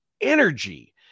energy